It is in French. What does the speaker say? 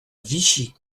vichy